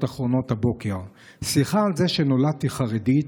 אחרונות הבוקר: "סליחה על זה שנולדתי חרדית,